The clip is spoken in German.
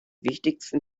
wichtigsten